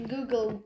Google